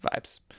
vibes